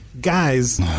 Guys